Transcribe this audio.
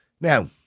Now